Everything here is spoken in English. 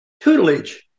tutelage